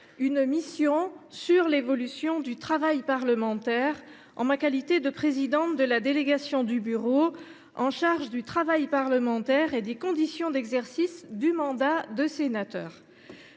une mission sur l’évolution du travail parlementaire, en ma qualité de présidente de la délégation du Bureau chargée du travail parlementaire et des conditions d’exercice du mandat de sénateur.